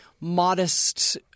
modest